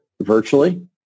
virtually